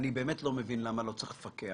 אני לא מבין למה לא צריך לדווח,